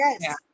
yes